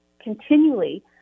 continually